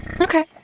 Okay